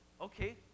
okay